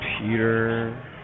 Peter